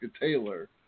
Taylor